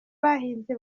bahinze